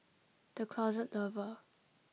The Closet Lover